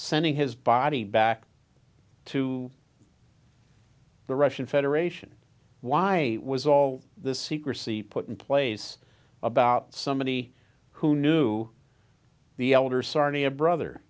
sending his body back to the russian federation why was all the secrecy put in place about somebody who knew the elder sarnia brother